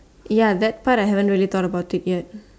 ya that part I haven't really thought about it yet